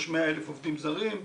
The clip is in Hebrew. יש 100,000 עובדים זרים,